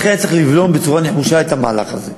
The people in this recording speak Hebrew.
לכן היה צריך לבלום בצורה נחושה את המהלך הזה.